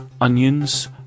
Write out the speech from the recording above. onions